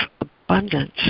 abundance